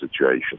situation